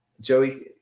Joey